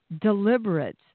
deliberate